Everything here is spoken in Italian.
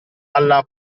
alla